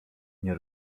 nie